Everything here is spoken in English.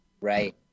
right